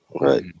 Right